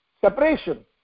separation